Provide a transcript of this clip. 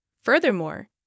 Furthermore